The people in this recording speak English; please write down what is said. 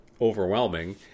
overwhelming